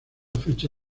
fecha